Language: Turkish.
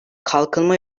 kalkınma